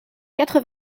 quatre